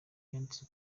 yanditse